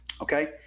okay